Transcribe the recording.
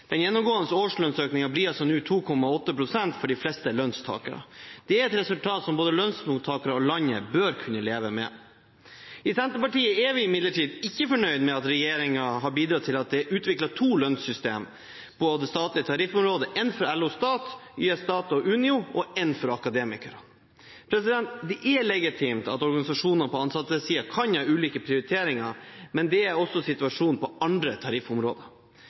Den gjennomgående årslønnsøkningen blir nå 2,8 pst. for de fleste lønnstakere. Det er et resultat som både lønnsmottakere og landet bør kunne leve med. I Senterpartiet er vi imidlertid ikke fornøyd med at regjeringen har bidratt til at det er utviklet to lønnssystem på det statlige tariffområdet; én for LO Stat, YS Stat og Unio og én for Akademikerne. Det er legitimt at organisasjoner på ansattesiden kan ha ulike prioriteringer, men det er også situasjonen på andre tariffområder.